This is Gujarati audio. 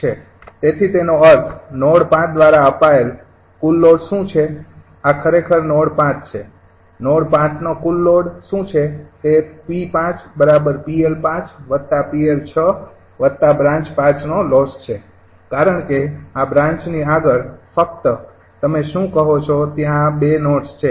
તેથી તેનો અર્થ નોડ ૫ દ્વારા અપાયેલ કુલ લોડ શું છે આ ખરેખર નોડ ૫ છે નોડ ૫નો કુલ લોડ શું છે તે 𝑃૫𝑃𝐿૫𝑃𝐿૬બ્રાન્ચ ૫ નો લોસ છે કારણ કે આ બ્રાન્ચની આગળની ફકત તમે શું કહો છો ત્યાં આ ૨ નોડ્સ છે